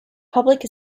public